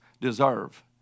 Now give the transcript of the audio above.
deserve